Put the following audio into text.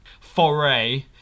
foray